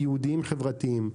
ייעודים וחברתיים.